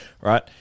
right